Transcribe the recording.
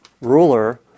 ruler